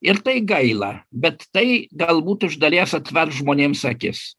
ir tai gaila bet tai galbūt iš dalies atvers žmonėms akis